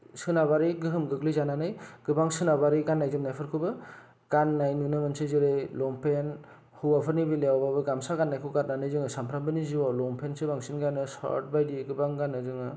सोनाबारि गोहोम गोग्लै जानानै गोबां सोनाबारि गान्नाय जोमनायफोरखौबो गान्नाय नुनो मोनसै जेरै लंपेन्त हौवाफोरनि बेलायावबाबो गामसा गान्नायखौ गारनानै जोङो सानफ्रामबोनि जिउआव लंपेन्तसो बांसिन गानो सार्त बायदि गोबां गानो जोङो